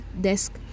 desk